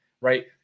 right